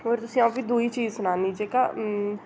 होर तुसें अ'ऊं दुई चीज सनानी जेह्का